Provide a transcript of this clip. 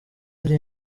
iri